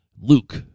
Luke